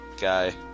guy